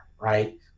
right